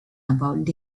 about